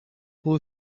who